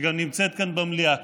שגם נמצאת כאן במליאה כרגע,